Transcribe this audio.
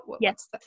Yes